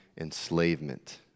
enslavement